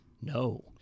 No